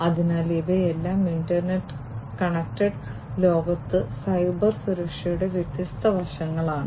അതിനാൽ ഇവയെല്ലാം internet connected ലോകത്ത് സൈബർ സുരക്ഷയുടെ വ്യത്യസ്ത വശങ്ങളാണ്